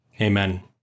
Amen